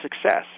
success